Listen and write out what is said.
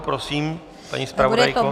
Prosím, paní zpravodajko.